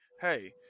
hey